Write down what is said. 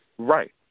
Right